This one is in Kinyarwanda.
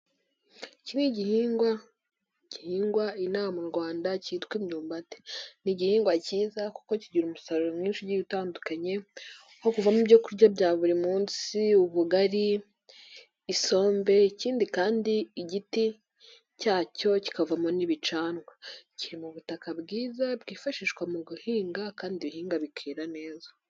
Iki ni igihingwa gihingwa inaha mu Rwanda cyitwa imyumbati. Ni igihingwa cyiza kuko kigira umusaruro mwinshi ugiye utandukanye nko kuvamo ibyo kurya bya buri munsi, ubugari, isombe ikindi kandi igiti cyacyo kikavamo n'ibicanwa. Kiri mu butaka bwiza bwifashishwa mu guhinga kandi ibihinga bikera neza.